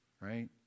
right